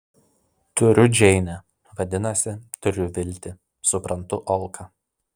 turiu džeinę vadinasi turiu viltį suprantu auką